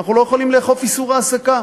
אנחנו לא יכולים לאכוף איסור העסקה.